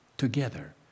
Together